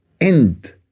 end